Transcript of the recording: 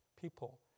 people